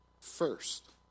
first